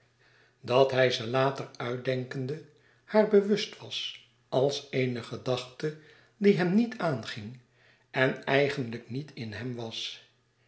dat hij ze later uitdenkende haar bewust was als eene gedachte die hem niet aanging en eigenlijk niet in hem was